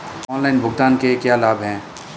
Online भुगतान के क्या लाभ हैं?